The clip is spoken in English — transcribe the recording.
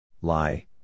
Lie